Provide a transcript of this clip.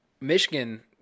Michigan